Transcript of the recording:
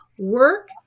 work